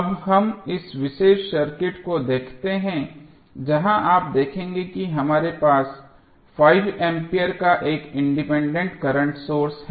अब हम इस विशेष सर्किट को देखते हैं जहां आप देखेंगे कि हमारे पास 5 एम्पियर का एक इंडिपेंडेंट करंट सोर्स है